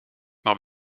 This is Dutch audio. maar